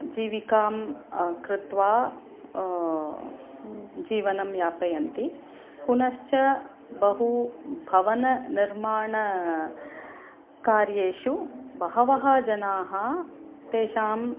जीविकां कृत्वा जीवनं यापयन्ति पुनश्च बहु भवननिर्माण कार्येषु बहवः जनाः तेषाम्